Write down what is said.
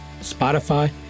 Spotify